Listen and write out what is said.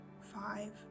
Five